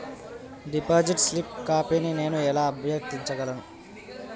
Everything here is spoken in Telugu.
డిపాజిట్ స్లిప్ కాపీని నేను ఎలా అభ్యర్థించగలను?